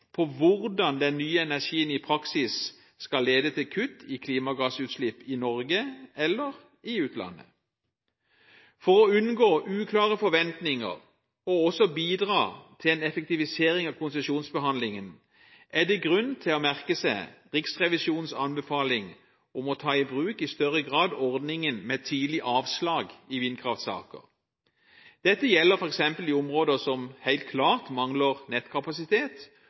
på hvordan den nye energien i praksis skal lede til kutt i klimagassutslipp i Norge eller i utlandet. For å unngå uklare forventninger og også bidra til en effektivisering av konsesjonsbehandlingen er det grunn til å merke seg at Riksrevisjonens anbefaling om i større grad å ta i bruk ordningen med tidlig avslag i vindkraftsaker. Dette gjelder f.eks. i områder som helt klart mangler nettkapasitet,